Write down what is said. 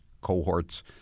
cohorts